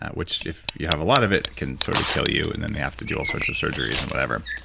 which if you have a lot of it can sort of kill you and then they have to do all sort of surgeries and whatever.